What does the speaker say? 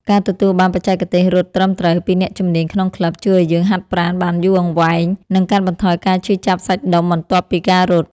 ការទទួលបានបច្ចេកទេសរត់ត្រឹមត្រូវពីអ្នកជំនាញក្នុងក្លឹប ជួយឱ្យយើងហាត់ប្រាណបានយូរអង្វែង និងកាត់បន្ថយការឈឺចាប់សាច់ដុំបន្ទាប់ពីការរត់។